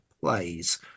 plays